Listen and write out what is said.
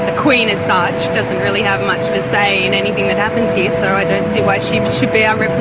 queen as such doesn't really have much of a say in anything that happens here, so i don't see why she but should be our